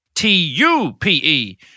T-U-P-E